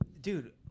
dude